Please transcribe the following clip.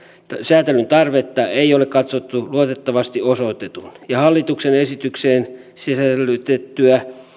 säätelyn tarvetta ei ole katsottu luotettavasti osoitetun ja hallituksen esitykseen sisällytettyä